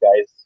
guys